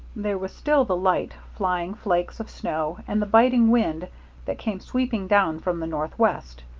there was still the light, flying flakes of snow, and the biting wind that came sweeping down from the northwest.